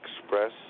express